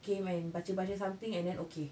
came and baca-baca something and then okay